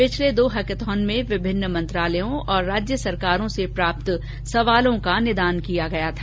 पिछले दो हैकथॉन में विभिन्न मंत्रालयों और राज्य सरकारों से प्राप्त सवालों निदान किया गया था